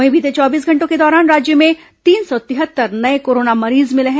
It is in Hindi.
वहीं बीते चौबीस घंटों के दौरान राज्य में तीन सौ तिहत्तर नये कोरोना मरीज मिले हैं